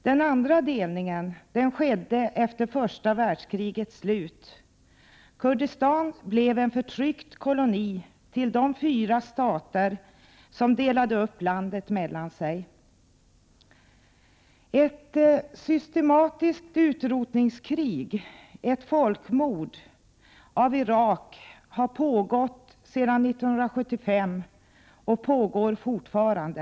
Den andra delningen skedde efter första världskriget. Kurdistan blev då en förtryckt koloni i förhållande till de fyra stater som delade upp landet mellan sig. Ett systematiskt utrotningskrig, ett folkmord, har förts av Irak sedan 1975, och det pågår fortfarande.